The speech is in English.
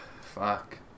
fuck